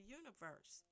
universe